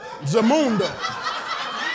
Zamunda